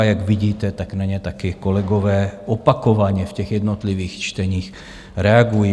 Jak vidíte, tak na ně taky kolegové opakovaně v jednotlivých čteních reagují.